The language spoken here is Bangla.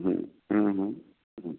হুম হুম হুম হুম